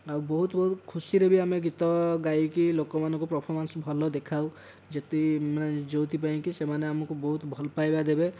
ଆଉ ବହୁତ ଖୁସିରେ ଭି ଆମେ ଗୀତ ଗାଇକି ଲୋକମାନଙ୍କୁ ପର୍ଫମାନ୍ସ ଭଲ ଦେଖାଉ ଯେତିକି ମାନେ ଯେଉଁଥିପାଇଁକି ସେମାନେ ଆମକୁ ବହୁତ ଭଲପାଇବା ଦେବେ